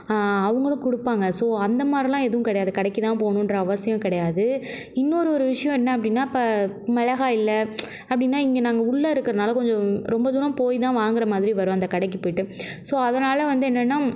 அவர்களும் கொடுப்பாங்க ஸோ அந்த மாதிரிலாம் எதுவும் கிடையாது கடைக்குதான் போகணுன்ற அவசியம் கிடையாது இன்னோரு ஒரு விஷயம் என்ன அப்படினா இப்போ மிளகா இல்லை அப்படினா இங்கே நாங்கள் உள்ளே இருக்கிறதுனால கொஞ்சம் ரொம்ப தூரம் போய்தான் வாங்கிற மாதிரி வரும் அந்த கடைக்கு போயிட்டு ஸோ அதனால் வந்து என்னென்னா